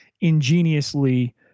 ingeniously